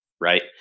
right